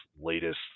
latest